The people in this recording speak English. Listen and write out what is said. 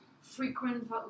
frequent